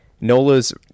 Nola's